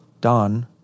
done